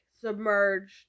submerged